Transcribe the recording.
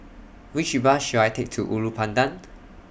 Which Bus should I Take to Ulu Pandan